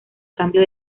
cambio